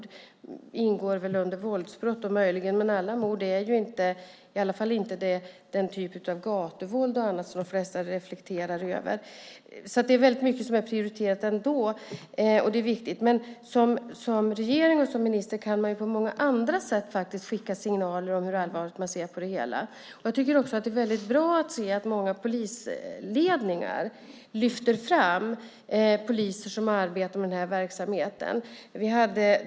Det ingår väl möjligen under våldsbrott, men alla mord är ju i alla fall inte en följd av den typ av gatuvåld och annat som de flesta reflekterar över. Det är alltså väldigt mycket som ändå är prioriterat, men som regering och som minister kan man ju på många andra sätt skicka signaler om hur allvarligt man ser på det hela. Jag tycker också att det är väldigt bra att många polisledningar lyfter fram poliser som arbetar med den här verksamheten.